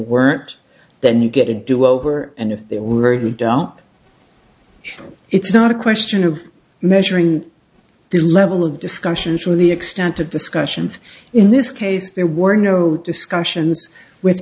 weren't then you get a do over and if they were very dark it's not a question of measuring the level of discussions with the extent of discussions in this case there were no discussions with